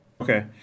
Okay